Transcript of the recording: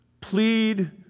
Plead